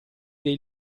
dei